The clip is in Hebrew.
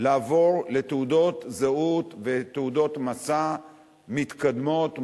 לעבור לתעודות זהות ותעודות מסע מתקדמות,